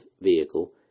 vehicle